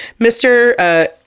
Mr